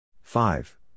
five